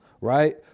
Right